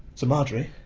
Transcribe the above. so, marjorie,